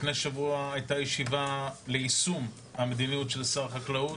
לפני שבוע הייתה ישיבה ליישום המדיניות של שר החקלאות.